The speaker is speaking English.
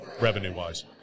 revenue-wise